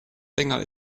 länger